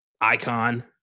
icon